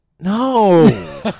no